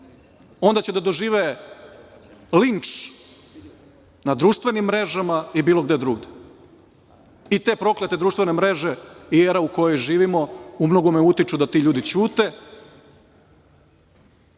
onda će da dožive linč na društvenim mrežama ili negde drugde. I te proklete društvene mreže i era u kojoj živimo u mnogome utiču da ti ljudi ćute